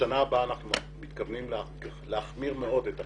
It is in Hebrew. בשנה הבאה אנחנו מתכוונים להחמיר מאוד את הפיקוח.